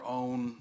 own